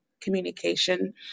communication